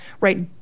right